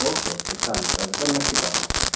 okay okay चालेल चालेल पण नक्की पाठवा